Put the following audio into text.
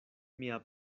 mia